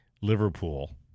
Liverpool